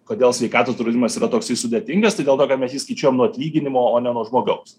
kodėl sveikatos draudimas yra toksai sudėtingas tai dėl to kad mes jį skaičiuojam nuo atlyginimo o ne nuo žmogaus